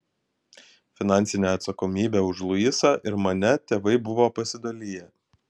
finansinę atsakomybę už luisą ir mane tėvai buvo pasidaliję